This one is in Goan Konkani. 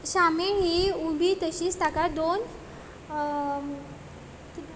शामेळ ही उबी तशीच ताका दोन